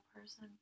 person